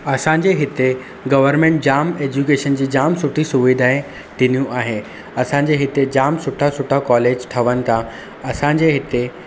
असांजे हिते गवरमेंट जामु एजुकेशन जी जाम सुठी सुविधाए ॾिनियूं आहे असांजे हिते जाम सुठा सुठा कॉलेज ठहनि था असांजे हिते